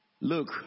Look